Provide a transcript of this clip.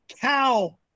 cow